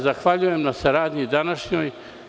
Zahvaljujem vam se na saradnji današnjoj.